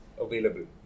available